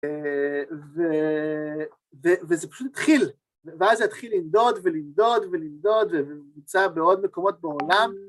וזה פשוט התחיל, ואז זה התחיל לנדוד ולנדוד ולנדוד ובוצע בעוד מקומות בעולם.